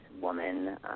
woman